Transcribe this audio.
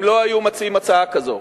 הם לא היו מציעים הצעה כזאת.